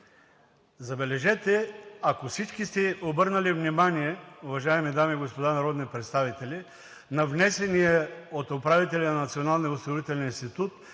Забележете, ако всички сте обърнали внимание, уважаеми дами и господа народни представители, на внесения от управителя на Националния осигурителен институт